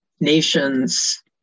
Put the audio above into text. nations